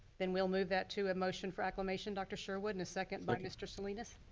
then we'll move that to a motion for acclamation, dr. sherwood and a second by mr. salinas.